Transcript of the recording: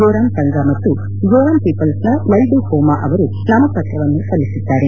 ೋರಾಮ್ ತಂಗಾ ಮತ್ತು ಜೊರಾಮ್ ಪೀಪಲ್ಸ್ ಲಲ್ಲುಹೋಮ ಅವರು ನಾಮಪ್ರವನ್ನು ಸಲ್ಲಿಸಿದ್ದಾರೆ